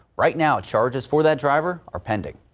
right now charges for that driver are been